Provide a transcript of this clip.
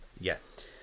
yes